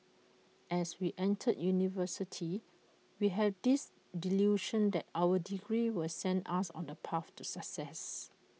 as we enter university we have this delusion that our degree will send us on the path to success